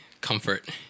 comfort